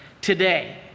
today